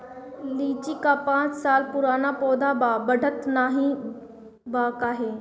लीची क पांच साल पुराना पौधा बा बढ़त नाहीं बा काहे?